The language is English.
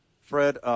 Fred